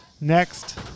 next